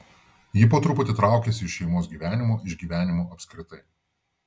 ji po truputį traukėsi iš šeimos gyvenimo iš gyvenimo apskritai